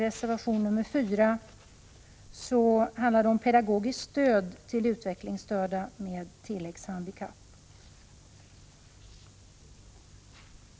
Reservation 4, avslutningsvis, behandlar pedagogiskt stöd till utvecklingsstörda med tilläggshandikapp.